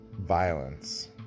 violence